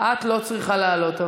אני צריכה לעלות?